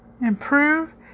improve